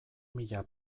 mila